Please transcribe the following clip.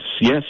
yes